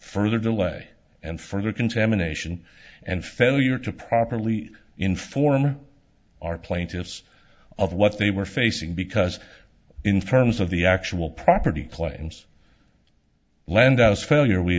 further delay and further contamination and failure to properly inform our plaintiffs of what they were facing because in terms of the actual property planes land failure we